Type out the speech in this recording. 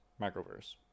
microverse